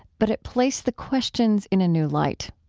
but it placed the questions in a new light.